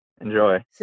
Enjoy